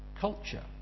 culture